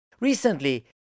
Recently